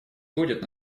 будет